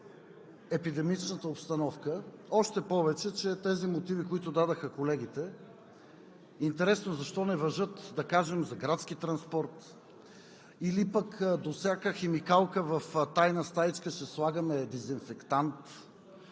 епидемичната обстановка, още повече че в мотивите, които дадоха колегите, интересно защо не важат, да кажем, за градския транспорт или че до всяка химикалка в тайна стаичка ще слагаме дезинфектант.